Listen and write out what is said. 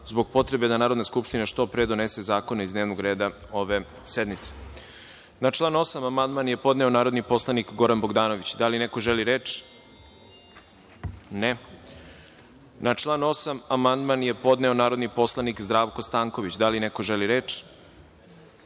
zbog potrebe da Narodna skupština što pre donese zakone iz dnevnog reda ove sednice. Na član 8. amandman je podneo narodni poslanik Goran Bogdanović. Da li neko želi reč? (Ne)Na član 8. amandman je podneo narodni poslanik Zdravko Stanković. Da li neko želi reč?